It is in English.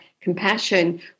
compassion